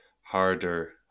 harder